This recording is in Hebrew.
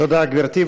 תודה, גברתי.